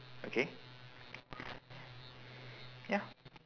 okay ya